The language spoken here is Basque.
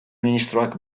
ministroak